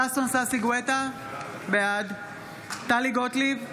ששון ששי גואטה, בעד טלי גוטליב,